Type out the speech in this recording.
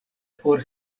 por